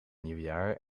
nieuwjaar